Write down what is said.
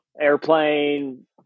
Airplane